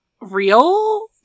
real